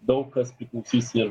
daug kas priklausys ir